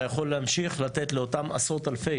אתה יכול להמשיך לתת לאותם עשרות אלפי